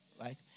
right